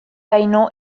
baino